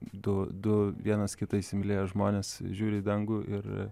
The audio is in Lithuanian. du du vienas kitą įsimylėję žmonės žiūri į dangų ir